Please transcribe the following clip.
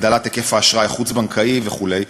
הגדלת היקף האשראי החוץ-בנקאי וכו'.